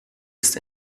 ist